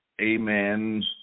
amen